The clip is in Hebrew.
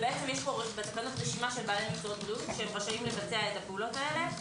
יש רשימת בעלי מקצועות בריאות שרשאים לבצע את הפעולות האלה.